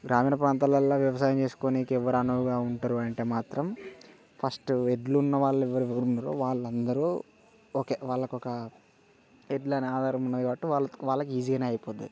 గ్రామీణ ప్రాంతాలలో వ్యవసాయం చేసుకునేకి ఎవరు అనువుగా ఉంటారంటే మాత్రం ఫస్ట్ ఎడ్లు ఉన్నవాళ్ళు మాత్రం ఎవరు ఉన్నారో వాళ్ళు అందరు ఓకే వాళ్ళకు ఒక ఎడ్లనే ఆధారం ఉన్నది కాబట్టి వాళ్ళ వాళ్ళకి ఈజీగా అయిపోద్ది